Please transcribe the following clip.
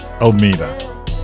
Almeida